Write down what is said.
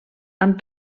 amb